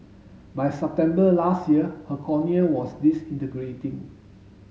by September last year her cornea was disintegrating